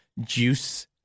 juice